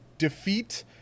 defeat